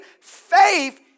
Faith